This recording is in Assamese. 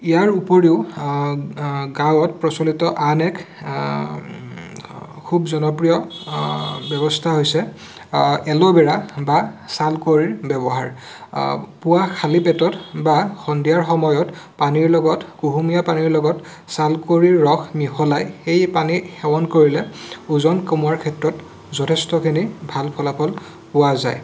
ইয়াৰ উপৰিও গাঁৱত প্ৰচলিত আন এক খুব জনপ্ৰিয় ব্যৱস্থা হৈছে এলোভেৰা বা ছালকুঁৱৰীৰ ব্যৱহাৰ পুৱা খালি পেটত বা সন্ধিয়াৰ সময়ত পানীৰ লগত কুহুমীয়া পানীৰ লগত ছালকুঁৱৰীৰ ৰস মিহলাই সেই পানী সেৱন কৰিলে ওজন কমোৱাৰ ক্ষেত্ৰত যথেষ্টখিনি ভাল ফলাফল পোৱা যায়